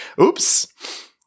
Oops